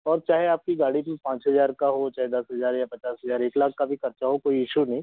और चाहे आपकी गाड़ी की पाँच हज़ार का हो चाहे दस हज़ार या पचास हज़ार एक लाख का ख़र्च हो कोई इशू नहीं